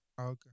Okay